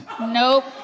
Nope